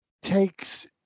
takes